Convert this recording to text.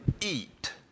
eat